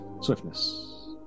swiftness